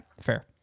fair